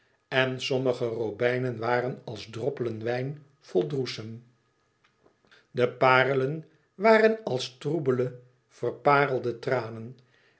en sommige robijnen waren als droppelen wijn vol droesem de parelen waren als troebele verparelde tranen